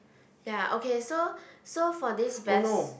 ya okay so so for this best